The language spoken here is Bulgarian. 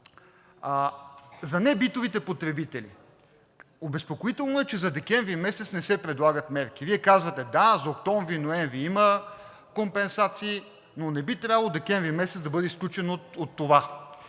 за небитовите потребители. Обезпокоително е, че за декември месец не се предлагат мерки. Вие казвате: да, за октомври и ноември има компенсации, но не би трябвало декември месец да бъде изключен от това,